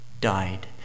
died